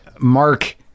Mark